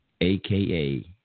AKA